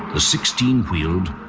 the sixteen wheeled,